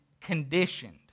conditioned